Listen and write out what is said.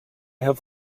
have